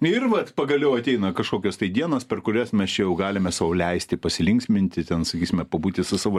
ir vat pagaliau ateina kažkokios tai dienos per kurias mes čia jau galime sau leisti pasilinksminti ten sakysime pabūti su savo